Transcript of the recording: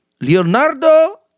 Leonardo